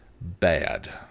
bad